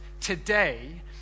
today